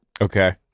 Okay